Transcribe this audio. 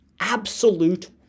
absolute